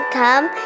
come